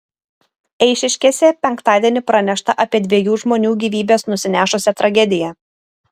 eišiškėse penktadienį pranešta apie dviejų žmonių gyvybes nusinešusią tragediją